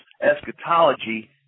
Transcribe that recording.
eschatology